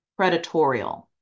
predatorial